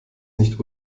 nicht